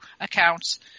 accounts